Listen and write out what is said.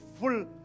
full